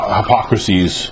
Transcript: hypocrisies